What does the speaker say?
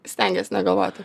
stengies negalvoti